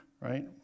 right